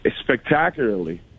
spectacularly